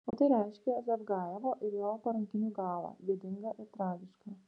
o tai reiškia zavgajevo ir jo parankinių galą gėdingą ir tragišką